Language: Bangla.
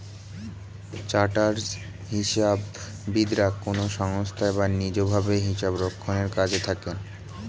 চার্টার্ড হিসাববিদরা কোনো সংস্থায় বা নিজ ভাবে হিসাবরক্ষণের কাজে থাকেন